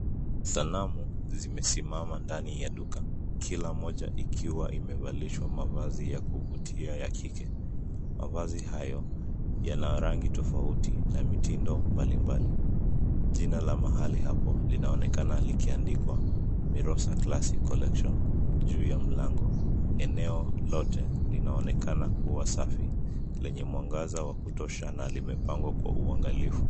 Sanamu zimesimama ndani ya duka, kila mmoja ikiwa imevalishwa mavazi ya kuvutia ya kike. Mavazi hayo, yana rangi tofauti na mitindo mbalimbali. Jina la mahali hapo linaonekana likiandikwa Mirosa classic collection juu ya mlango. Eneo lote, linaonekana kuwa safi lenye mwangaza wa kutosha na limepangwa kwa uangalifu.